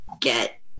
get